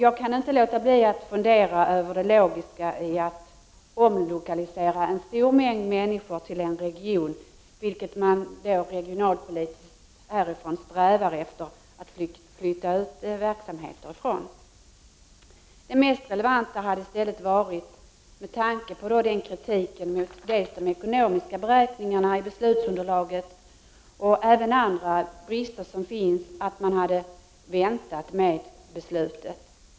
Jag kan inte låta bli att fundera över det logiska i att omlokalisera en stor mängd människor till en region, som man av regionalpolitiska skäl härifrån strävar att flytta ut verksamheter ifrån. Det mest relevanta hade i stället varit — med tanke på kritiken mot de ekonomiska beräkningarna i beslutsunderlaget och andra brister — att man hade väntat med beslutet.